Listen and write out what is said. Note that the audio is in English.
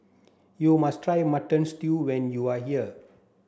you must try mutton stew when you are here